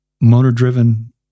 motor-driven